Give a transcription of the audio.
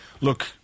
look